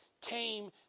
came